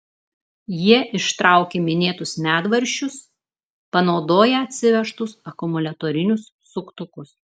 jie ištraukė minėtus medvaržčius panaudoję atsivežtus akumuliatorinius suktukus